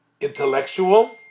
intellectual